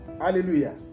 hallelujah